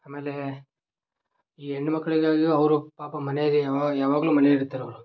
ಆಮೇಲೆ ಈ ಹೆಣ್ಣು ಮಕ್ಕಳಿಗಾಗಿಯೂ ಅವರು ಪಾಪ ಮನೇಲೆ ಯಾವಾಗ ಯಾವಾಗಲೂ ಮನೆಯಲ್ಲಿ ಇರ್ತಾರವ್ರು